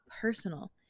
personal